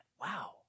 Wow